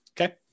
Okay